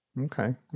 Okay